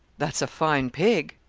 that's a fine pig.